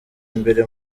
imbere